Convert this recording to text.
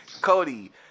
Cody